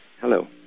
Hello